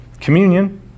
communion